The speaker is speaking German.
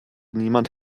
niemand